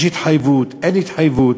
יש התחייבות, אין התחייבות,